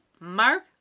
Mark